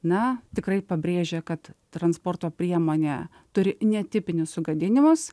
na tikrai pabrėžė kad transporto priemonė turi netipinius sugadinimus